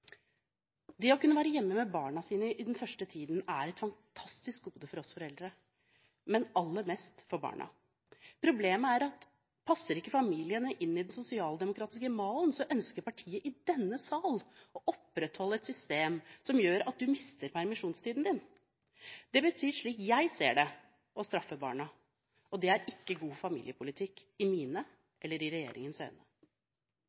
Det å kunne være hjemme med barna sine i den første tiden er et fantastisk gode for oss foreldre, men aller mest for barna. Problemet er at passer ikke familien inn i den sosialdemokratiske malen, ønsker partier i denne sal å opprettholde et system som gjør at man mister permisjonstiden sin. Det betyr, slik jeg ser det, å straffe barna. Og det er ikke god familiepolitikk i mine eller i regjeringens øyne.